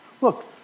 Look